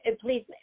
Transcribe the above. please